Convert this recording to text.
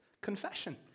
Confession